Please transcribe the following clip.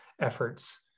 efforts